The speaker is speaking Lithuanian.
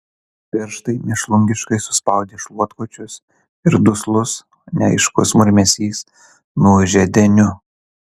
pirštai mėšlungiškai suspaudė šluotkočius ir duslus neaiškus murmesys nuūžė deniu